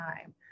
time